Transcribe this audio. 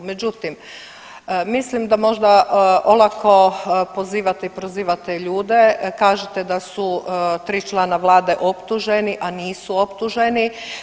Međutim, mislim da možda olako pozivate i prozivate ljude, kažete da su tri člana Vlade optuženi, a nisu optuženi.